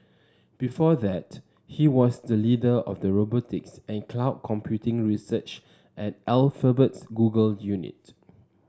before that he was the leader of the robotics and cloud computing research at Alphabet's Google unit